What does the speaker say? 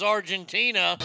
Argentina